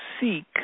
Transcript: seek